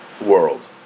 world